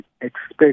expect